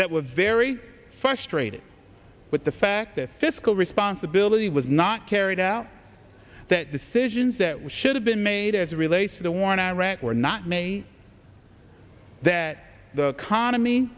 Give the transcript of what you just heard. that were very frustrated with the fact fiscal responsibility was not carried out that decisions that we should have been made as relates to the war in iraq were not made that the economy